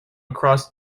across